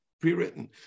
pre-written